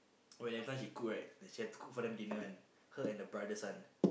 when everytime she cook right she has to cook for them dinner [one] her and her brothers [one]